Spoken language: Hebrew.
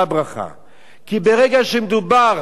כי ברגע שמדובר בבתי-מדרשות,